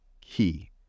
key